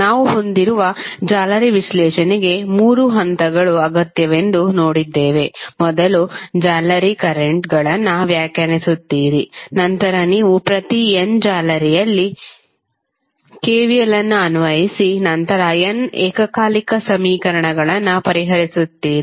ನಾವು ಹೊಂದಿರುವ ಜಾಲರಿ ವಿಶ್ಲೇಷಣೆಗೆ ಮೂರು ಹಂತಗಳು ಅಗತ್ಯವೆಂದು ನೋಡಿದ್ದೇವೆ ಮೊದಲು ಜಾಲರಿ ಕರೆಂಟ್ಗಳನ್ನು ವ್ಯಾಖ್ಯಾನಿಸುತ್ತೀರಿ ನಂತರ ನೀವು ಪ್ರತಿ n ಜಾಲರಿಯಲ್ಲಿ KVL ಅನ್ನು ಅನ್ವಯಿಸಿ ನಂತರ n ಏಕಕಾಲಿಕ ಸಮೀಕರಣಗಳನ್ನು ಪರಿಹರಿಸುತ್ತೀರಿ